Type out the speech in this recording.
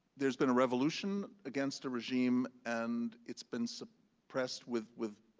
there's been a revolution against a regime, and it's been so suppressed with with